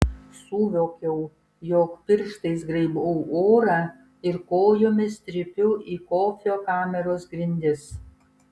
suvokiau jog pirštais graibau orą ir kojomis trypiu į kofio kameros grindis